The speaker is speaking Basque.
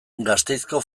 gasteizko